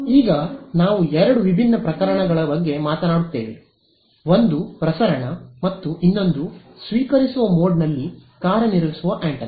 ಈಗ ನಾವು ಎರಡು ವಿಭಿನ್ನ ಪ್ರಕರಣಗಳ ಬಗ್ಗೆ ಮಾತನಾಡುತ್ತೇವೆ ಒಂದು ಪ್ರಸರಣ ಮತ್ತು ಇನ್ನೊಂದು ಸ್ವೀಕರಿಸುವ ಮೋಡ್ನಲ್ಲಿ ಕಾರ್ಯನಿರ್ವಹಿಸುವ ಆಂಟೆನಾ